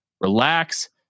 relax